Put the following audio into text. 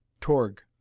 Torg